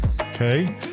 okay